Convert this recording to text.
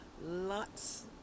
lots